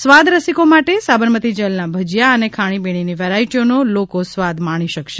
સ્વાદરસીકો માટે સાબરમતી જેલના ભજીયા અને ખાણીપીણીની વેરાઈટીઓનો લોકો સ્વાદ લોકો માણી શકશે